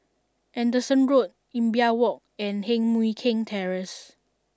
Anderson Road Imbiah Walk and Heng Mui Keng Terrace